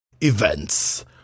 Events